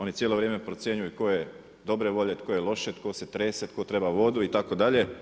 Oni cijelo vrijeme procjenjuju tko je dobre volje, tko je loše, tko se trese, tko treba vodu itd.